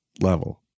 level